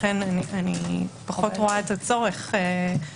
לכן אני פחות רואה את הצורך בהרחבה הזו.